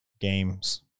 games